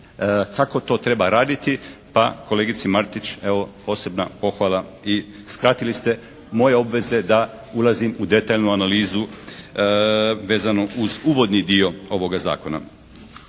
kako to treba raditi pa kolegici Martić evo posebna pohvala i skratili ste moje obveze da ulazim u detaljnu analizu vezano uz uvodni dio ovoga zakona.